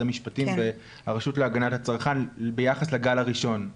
המשפטים והרשות להגנת הצרכן ביחס לגל הראשון.